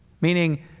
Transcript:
Meaning